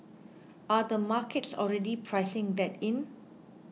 are the markets already pricing that in